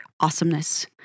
awesomeness